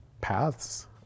paths